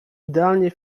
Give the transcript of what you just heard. idealnie